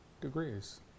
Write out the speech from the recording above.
degrees